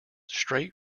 straight